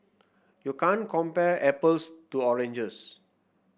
you can't compare apples to oranges